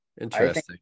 Interesting